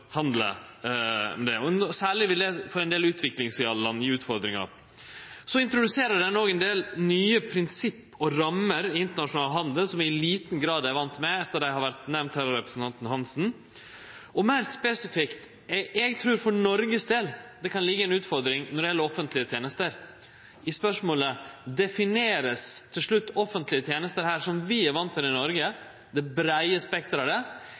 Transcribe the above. Særleg vil det gje ein del utviklingsland utfordringar. Ein introduserer òg ein del nye prinsipp og rammer i internasjonal handel som vi i liten grad er vane med. Eit av dei har vore nemnt her av representanten Hansen. Meir spesifikt: Eg trur for Noregs del det kan liggje ei utfordring når det gjeld offentlege tenester. Spørsmålet er: Vert til slutt «offentlege tenester» her definerte som, som vi er vane med i Noreg, det breie spekteret av det, eller – som det no vert hevda av mange, og som det